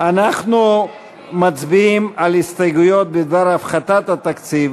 אנחנו מצביעים על הסתייגויות בדבר הפחתת התקציב